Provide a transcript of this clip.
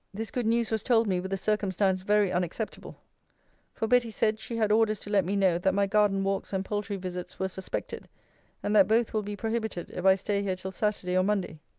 this good news was told me, with a circumstance very unacceptable for betty said, she had orders to let me know, that my garden-walks and poultry-visits were suspected and that both will be prohibited, if i stay here till saturday or monday.